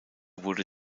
wurde